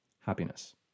happiness